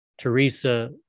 Teresa